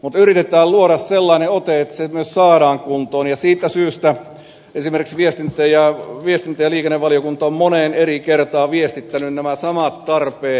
mutta yritetään luoda sellainen ote että se myös saadaan kuntoon ja siitä syystä esimerkiksi viestintä ja liikennevaliokunta on moneen eri kertaan tuonut esille nämä samat tarpeet